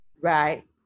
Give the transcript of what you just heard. right